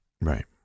Right